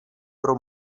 pro